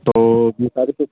तो बीस तारीख़ को